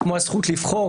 כמו הזכות לבחור,